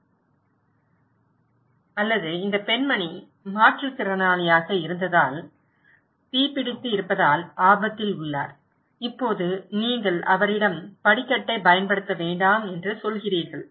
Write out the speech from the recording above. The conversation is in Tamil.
அல்லது இந்த பெண்மணி மாற்றுத்திறனாளியாக இருந்ததால் தீப்பிடித்து இருப்பதால் ஆபத்தில் உள்ளார் இப்போது நீங்கள் அவரிடம் படிக்கட்டை பயன்படுத்த வேண்டாம் என்று சொல்கிறீர்கள்